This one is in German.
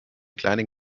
kleinen